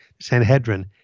Sanhedrin